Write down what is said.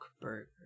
burger